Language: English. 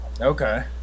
Okay